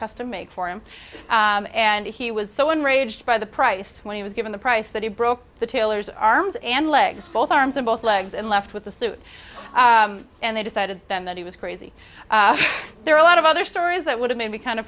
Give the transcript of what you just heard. custom made for him and he was so enraged by the price when he was given the price that he broke the tailor's arms and legs both arms and both legs and left with the suit and they decided then that he was crazy there are a lot of other stories that would have made me kind of